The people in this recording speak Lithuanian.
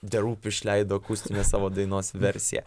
the roop išleido akustinę savo dainos versiją